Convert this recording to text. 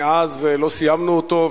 מאז לא סיימנו אותו,